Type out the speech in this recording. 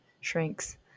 shrinks